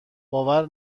باور